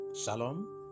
Shalom